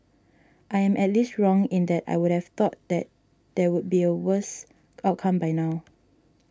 I am at least wrong in that I would have thought that there would be a worse outcome by now